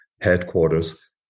headquarters